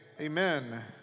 Amen